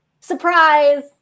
Surprise